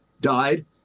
died